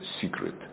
secret